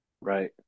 right